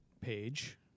page